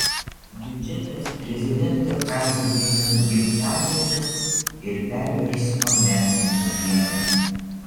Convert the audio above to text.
biudžetas prezidento kazio griniaus gimtadienio ir perversmo metinių dieną